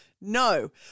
No